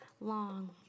long